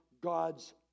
God's